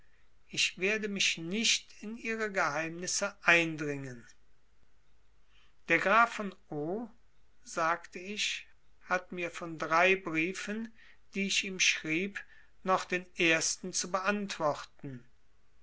ich werde mich nicht in ihre geheimnisse eindringen der graf von o sagte ich hat mir von drei briefen die ich ihm schrieb noch den ersten zu beantworten